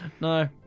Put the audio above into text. No